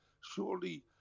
Surely